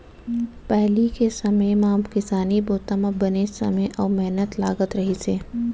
पहिली के समे म किसानी बूता म बनेच समे अउ मेहनत लागत रहिस हे